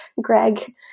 Greg